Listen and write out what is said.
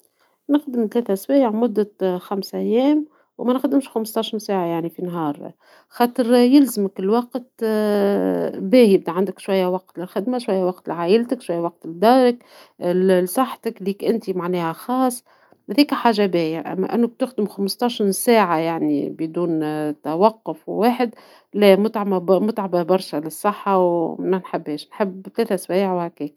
نخدم ثلاث سوايع مدة خمس أيام ، ومنخدمش خمسة عشر ساعة في النهار ،خاطر يلزمك الوقت باهي عندك شوية وقت للخدمة شوية وقت لعايلتك ، شوية وقت لدارك ، لصحتك ، ليك أنتي معناها خاص ، هذيكا الحاجة الباهية ، أنك تخدم خمسة عشر ساعة يعني بدون توقف واحد لا متعبة برشا للصحة ومنحبهاش نحب ثلاث سوايع وهكايا.